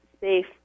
safe